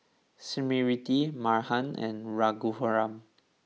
Smriti Mahan and Raghuram